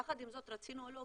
יחד עם זאת אם רצינו או לא,